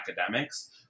academics